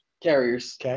Carriers